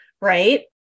right